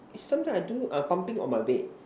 sometime I do err pumping on my bed